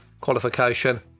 qualification